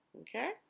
Okay